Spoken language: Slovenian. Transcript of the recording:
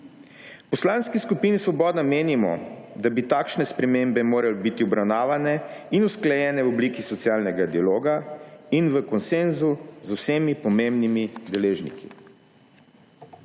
V Poslanski skupini Svoboda menimo, da bi takšne spremembe morale biti obravnavane in usklajene v obliki socialnega dialoga in v konsenzu z vsemi pomembnimi deležniki.